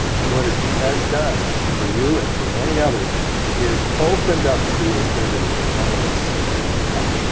and what it has done for you and for many others is opened up creativity that none of us knew we had.